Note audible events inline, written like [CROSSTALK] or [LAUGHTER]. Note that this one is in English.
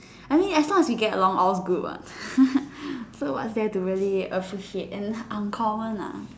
I mean as long as we get along all's good what [LAUGHS] so what is there really to appreciate and uncommon ah just